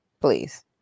Please